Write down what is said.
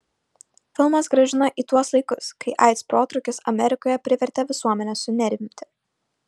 filmas grąžina į tuos laikus kai aids protrūkis amerikoje privertė visuomenę sunerimti